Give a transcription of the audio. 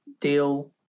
deal